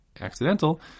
accidental